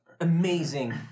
amazing